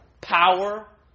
Power